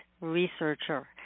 researcher